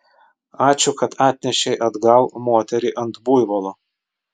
ačiū kad atnešei atgal moterį ant buivolo